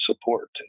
support